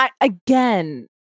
Again